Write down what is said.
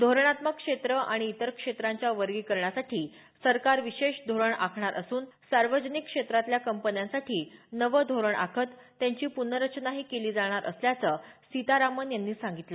धोरणात्मक क्षेत्र आणि इतर क्षेत्र यांच्या वर्गीकरणासाठी सरकार विशेष धोरण आखणार असून सार्वजनिक क्षेत्रातल्या कंपन्यांसाठी नवं धोरण आखत त्यांची पुनर्रचनाही केली जाणार असल्याचं सीतारामन यांनी सांगितलं